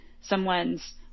someone's